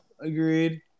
Agreed